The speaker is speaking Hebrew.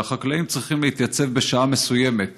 החקלאים צריכים להתייצב בשעה מסוימת